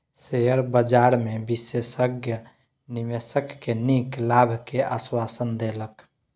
share बजार में विशेषज्ञ निवेशक के नीक लाभ के आश्वासन देलक